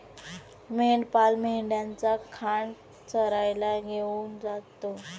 मेंढपाळ मेंढ्यांचा खांड चरायला घेऊन जातो